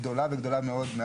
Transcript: גדולה וגדולה מאוד.